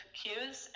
cues